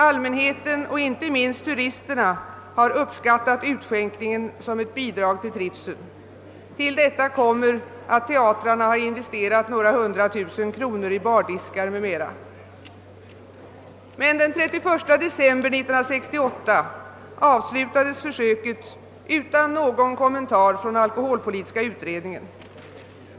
Allmänheten och inte minst turisterna har uppskattat utskänkningen som ett bidrag till trivseln. Till detta kommer att teatrarna har investerat några hundra tusen kronor i bardiskar m.m. Men den 31 december 1968 avslutades försöket utan någon kommentar från alkoholpolitiska utredningen.